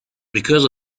because